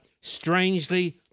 strangely